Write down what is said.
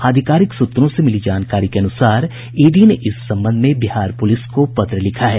आधिकारिक सूत्रों से मिली जानकारी के अनुसार ईडी ने इस संबंध में बिहार पुलिस को पत्र लिखा है